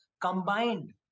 combined